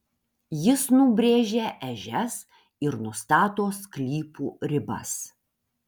jis nubrėžia ežias ir nustato sklypų ribas